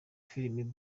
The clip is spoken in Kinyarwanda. film